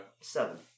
Seven